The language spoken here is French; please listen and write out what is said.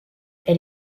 elle